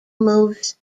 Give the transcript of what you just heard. moves